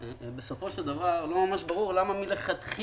בסופו של דבר לא ממש ברור למה לכתחילה